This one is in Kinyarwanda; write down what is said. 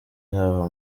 haba